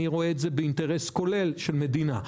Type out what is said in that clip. אני רואה את זה באינטרס כולל של מדינה,